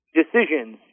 decisions